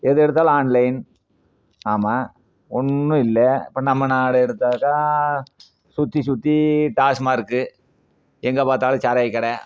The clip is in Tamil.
எது எடுத்தாலும் ஆன்லைன் ஆமாம் ஒன்றும் இல்ல அப்போ நம்ம நாடை எடுத்தாக்கா சுற்றி சுற்றி டாஸ்மார்க்கு எங்கே பார்த்தாலும் சாராய கடை